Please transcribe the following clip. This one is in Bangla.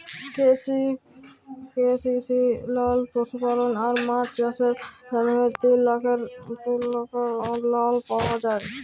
কে.সি.সি লল পশুপালল আর মাছ চাষের জ্যনহে তিল লাখের লল পাউয়া যায়